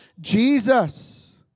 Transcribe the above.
Jesus